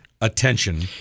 attention